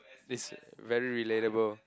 this very relatable